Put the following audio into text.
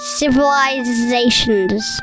civilizations